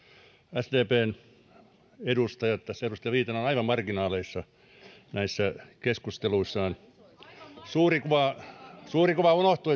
sdpn edustajat tässä edustaja viitanen ovat aivan marginaaleissa näissä keskusteluissaan suuri kuva suuri kuva unohtuu